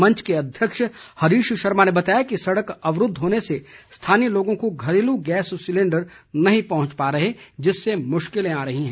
मंच के अध्यक्ष हरीश शर्मा ने बताया कि सड़क अवरूध होने से स्थानीय लोगों को घरेलू गैस सिलिंडर नहीं पहुंच पा रहे जिससे मुश्किले आ रही है